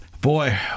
Boy